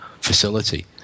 facility